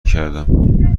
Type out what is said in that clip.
کردم